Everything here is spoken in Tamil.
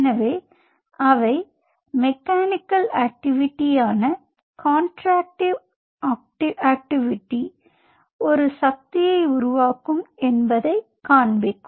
எனவே அவை மெக்கானிக்கல் ஆக்ட்டிவிட்டியான கான்ட்ராக்ட்டில் ஆக்ட்டிவிட்டி ஒரு சக்தியை உருவாக்கும் என்பதைக் காண்பிக்கும்